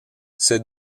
ces